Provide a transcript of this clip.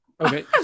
Okay